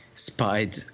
Spied